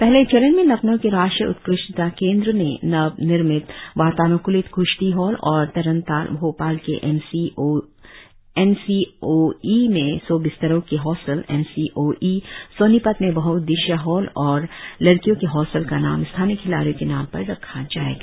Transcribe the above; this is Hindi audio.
पहले चरण में लखनऊ के राष्ट्रीय उत्कृष्टता केंद्र एनसीओई में नव निर्मित वातान्कूलित क्श्ती हॉल और तरणताल भोपाल के एनसीओई में सौ बिस्तरों के हॉस्टल एनसीओई सोनीपत में बह्उद्देशीय हॉल और लड़कियों के हॉस्टल का नाम स्थानीय खिलाड़ियों के नाम पर रखा जाएगा